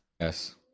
yes